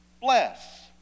bless